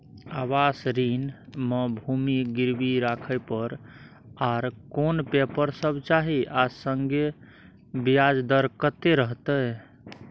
आवास ऋण म भूमि गिरवी राखै पर आर कोन पेपर सब चाही आ संगे ब्याज दर कत्ते रहते?